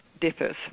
differs